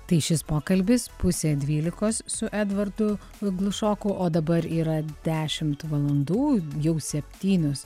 tai šis pokalbis pusė dvylikos su edvardu glušoku o dabar yra dešimt valandų jau septynios